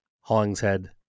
Hollingshead